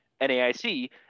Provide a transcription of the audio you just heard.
NAIC